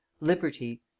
liberty